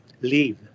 leave